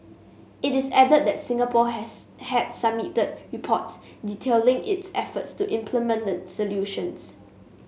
it is added that Singapore has had submitted reports detailing its efforts to implement the resolutions